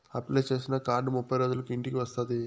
apply చేసిన card ముప్పై రోజులకు ఇంటికి వస్తాది